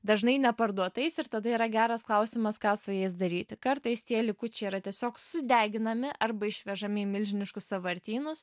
dažnai neparduotais ir tada yra geras klausimas ką su jais daryti kartais tie likučiai yra tiesiog sudeginami arba išvežami į milžiniškus sąvartynus